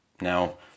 Now